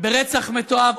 ברצח מתועב,